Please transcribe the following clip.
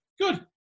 Good